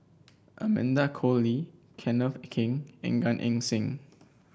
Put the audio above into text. Amanda Koe Lee Kenneth Keng and Gan Eng Seng